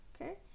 Okay